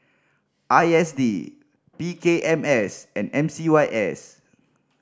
I S D P K M S and M C Y S